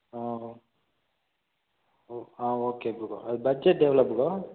ஓ ஓ ஆ okay bro அது பட்ஜெட் எவ்வளோ ப்ரோ